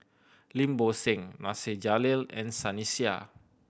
Lim Bo Seng Nasir Jalil and Sunny Sia